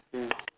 mm